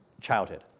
childhood